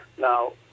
Now